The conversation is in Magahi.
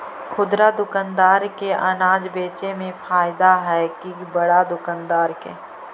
खुदरा दुकानदार के अनाज बेचे में फायदा हैं कि बड़ा दुकानदार के?